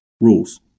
rules